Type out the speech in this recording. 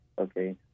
okay